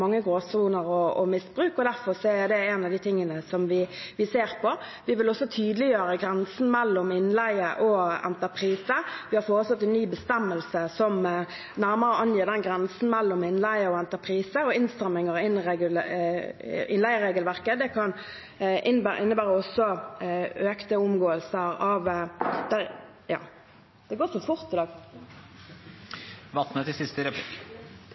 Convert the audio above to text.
mange gråsoner og misbruk. Derfor er det en av de tingene som vi ser på. Vi vil også tydeliggjøre grensen mellom innleie og entreprise. Vi har foreslått en ny bestemmelse som nærmere angir grensen mellom innleie og entreprise. Innstramminger i innleieregelverket kan innebærer økt omgåelse av ... Det går så fort i dag! Emma Watne – til siste